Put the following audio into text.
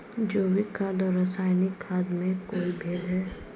जैविक खाद और रासायनिक खाद में कोई भेद है?